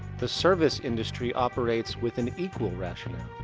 the service industry operates with an equal rationale.